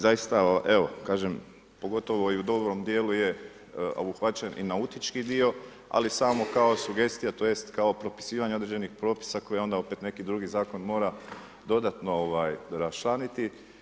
Zaista, evo kažem pogotovo i u dobrom dijelu je obuhvaćen i nautički dio ali samo kao sugestija tj. kao propisivanje određenih propisa koje opet neki drugi zakon mora dodatno rasčlaniti.